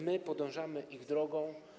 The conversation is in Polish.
My podążamy ich drogą.